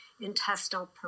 intestinal